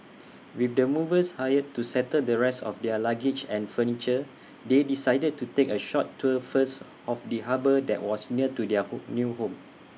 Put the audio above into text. with the movers hired to settle the rest of their luggage and furniture they decided to take A short tour first of the harbour that was near to their home new home